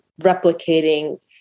replicating